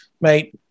mate